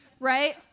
right